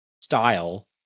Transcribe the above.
style